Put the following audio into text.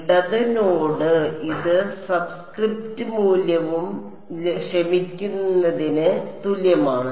ഇടത് നോഡ് ഇത് സബ്സ്ക്രിപ്റ്റ് മൂല്യം ക്ഷമിക്കുന്നതിന് തുല്യമാണ്